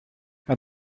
have